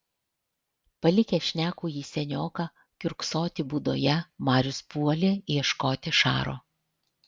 palikęs šnekųjį senioką kiurksoti būdoje marius puolė ieškoti šaro